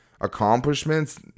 accomplishments